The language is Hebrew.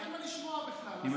אין מה לשמוע בכלל.